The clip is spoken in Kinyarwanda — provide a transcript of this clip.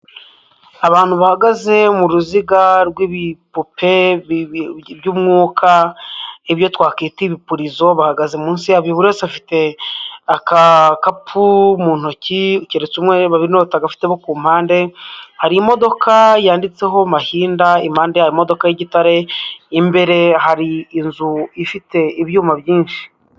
Abantu bahagaze mu ruziga rw'ibipupe by'umwuka, ibyo twakwita ibipurizo bahagaze munsi yabyo, buri wese afite agakapu mu ntoki keretse umwe, babiri ni bo batagafite bo ku mpande, hari imodoka yanditseho mahinda, impande yayo hari imodoka y'igitare, imbere hari inzu ifite ibyuma byinshi.